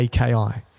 AKI